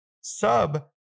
sub